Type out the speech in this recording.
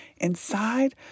Inside